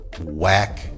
whack